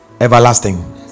everlasting